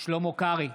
שלמה קרעי,